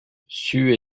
c’eût